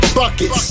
buckets